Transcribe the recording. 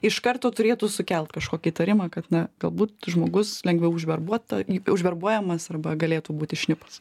iš karto turėtų sukelt kažkokį įtarimą kad na galbūt žmogus lengviau užverbuota į užverbuojamas arba galėtų būti šnipas